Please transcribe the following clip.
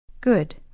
Good